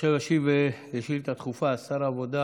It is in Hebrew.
עכשיו ישיב על שאילתה דחופה שר העבודה,